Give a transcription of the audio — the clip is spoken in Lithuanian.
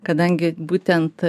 kadangi būtent